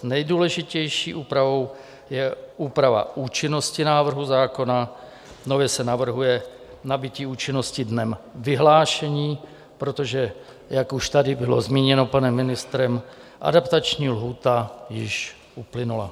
Nejdůležitější úpravou je úprava účinnosti návrhu zákona, nově se navrhuje nabytí účinnosti dnem vyhlášení, protože jak už tady bylo zmíněno panem ministrem, adaptační lhůta již uplynula.